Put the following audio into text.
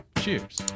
Cheers